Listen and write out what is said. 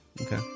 Okay